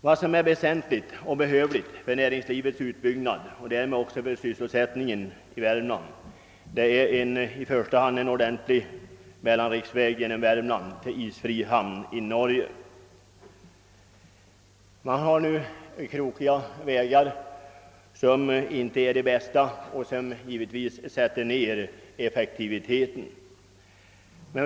Vad som är väsentligt och behövligt för närings livets utbyggnad och därmed också för sysselsättningen i Värmland är i första hand en ordentlig mellanriksväg genom Värmland till isfri hamn i Norge. Man har nu krokiga vägar åt det hållet som inte är de bästa, vilket givetvis sätter ner effektiviteten i transportapparaten.